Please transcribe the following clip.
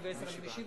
אני משיב,